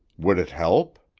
would it help?